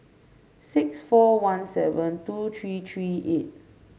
six four one seven two three three eight